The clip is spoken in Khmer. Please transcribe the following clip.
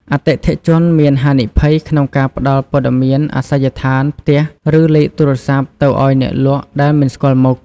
អតិថិជនមានហានិភ័យក្នុងការផ្តល់ព័ត៌មានអាសយដ្ឋានផ្ទះ ឬលេខទូរស័ព្ទទៅឱ្យអ្នកលក់ដែលមិនស្គាល់មុខ។